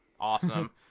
awesome